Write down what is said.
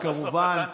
ושר האוצר, כמובן.